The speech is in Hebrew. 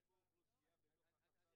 שינוע להמלצה.